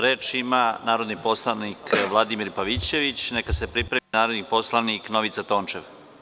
Reč ima narodni poslanik Vladimir Pavićević, a neka se pripremi narodni poslanik Novica Tončev.